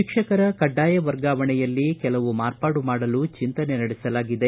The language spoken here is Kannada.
ಶಿಕ್ಷಕರ ಕಡ್ಡಾಯ ವರ್ಗಾವಣೆಯಲ್ಲಿ ಕೆಲವು ಮಾರ್ಪಾಡು ಮಾಡಲು ಚಿಂತನೆ ನಡೆಸಲಾಗಿದೆ